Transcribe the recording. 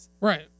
right